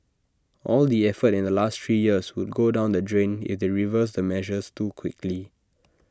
all the effort in the last three years would go down the drain if they reverse the measures too quickly